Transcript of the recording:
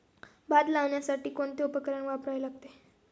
भात लावण्यासाठी कोणते उपकरण वापरावे लागेल?